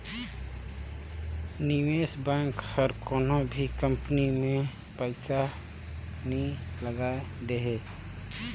निवेस बेंक हर कोनो भी कंपनी में पइसा नी लगाए देहे